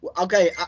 Okay